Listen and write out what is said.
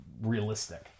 Realistic